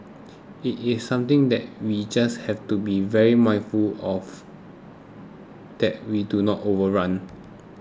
it is something that we just have to be very mindful of that we do not overrun